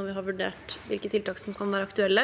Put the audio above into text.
når vi har vurdert hvilke tiltak som kan være aktuelle.